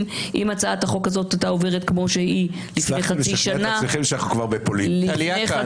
אם הצעת החוק הזאת הייתה עוברת כמו שהיא לפני חצי שנה --- טליה כאן,